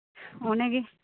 ᱚᱱᱟᱜᱮ